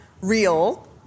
real